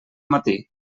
matí